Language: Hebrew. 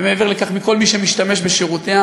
ומעבר לכך מכל מי שמשתמש בשירותיה,